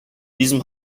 diesem